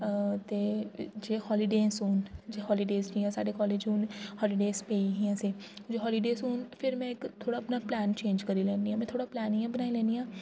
अअ ते जे हॉलीडेज़ होन जे हॉलीडेज़ जि'यां साढ़े कॉलेज हून हॉलीडेज़ पेई हियां असें ई जे हॉलीडेज़ होन फिर में इक थोह्ड़ा अपना प्लेन चेंज करी लैनी आं में प्लेन थोह्ड़ा इ'यां बनाई लैनी आं